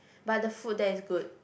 but the food there is good